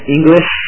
English